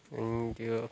अनि त्यो